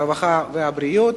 הרווחה והבריאות.